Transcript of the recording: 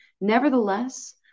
Nevertheless